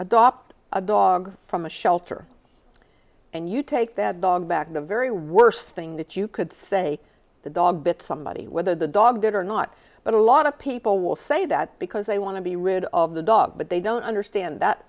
adopt a dog from a shelter and you take that dog back the very worst thing that you could say the dog bit somebody whether the dog did or not but a lot of people will say that because they want to be rid of the dog but they don't understand that